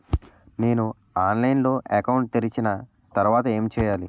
నేను ఆన్లైన్ లో అకౌంట్ తెరిచిన తర్వాత ఏం చేయాలి?